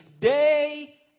day